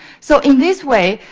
so, in this way,